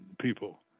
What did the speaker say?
people